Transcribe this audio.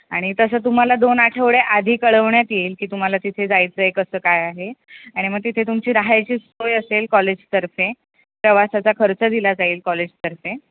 आणि तसं तुम्हाला दोन आठवडे आधी कळवण्यात येईल की तुम्हाला तिथे जायचं आहे कसं काय आहे आणि मग तिथे तुमची राहायची सोय असेल कॉलेजतर्फे प्रवासाचा खर्च दिला जाईल कॉलेजतर्फे